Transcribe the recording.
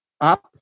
up